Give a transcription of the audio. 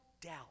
doubt